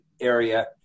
area